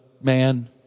man